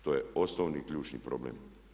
To je osnovni i ključni problem.